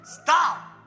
Stop